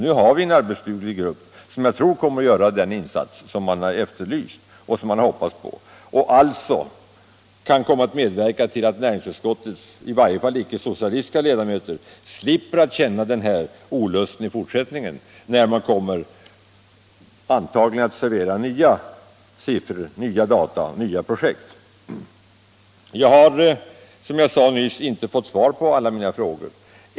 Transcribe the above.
Nu har vi en arbetsduglig grupp, som jag tror kommer att göra den insats som man har efterlyst och hoppats på och som kan komma att medverka till att i varje fall näringsutskottets icke-socialistiska ledamöter slipper känna denna olust i fortsättningen, när regeringen — antagligen — serverar nya siffror, nya data och nya projekt. Jag har, som jag sade nyss, inte fått svar på alla frågor.